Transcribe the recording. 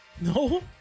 No